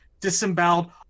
disemboweled